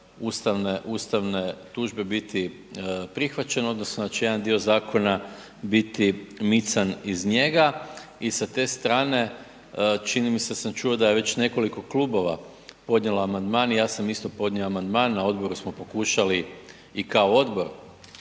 ustavne tužbe biti prihvaćen odnosno da će jedan dio zakona biti mican iz njega. I sa te strane čini mi se da sam čuo da je već nekoliko klubova podnijelo amandman i ja sam isto podnio amandman, na odboru smo pokušali i kao odbor